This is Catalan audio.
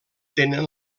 tenen